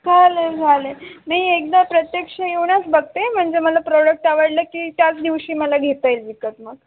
चालेल चालेल नाही एकदा प्रत्यक्ष येऊनच बघते म्हणजे मला प्रॉडक्ट आवडलं की त्याच दिवशी मला घेता येईल विकत मग